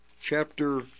chapter